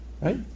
right